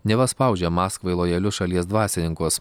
neva spaudžia maskvai lojalius šalies dvasininkus